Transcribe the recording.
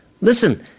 Listen